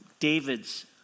David's